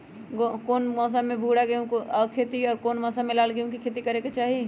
कौन मौसम में भूरा गेहूं के खेती और कौन मौसम मे लाल गेंहू के खेती करे के चाहि?